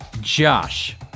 Josh